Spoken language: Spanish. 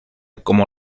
como